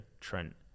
Trent